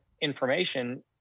information